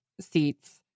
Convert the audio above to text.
seats